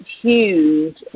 huge